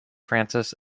francis